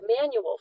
manual